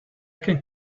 can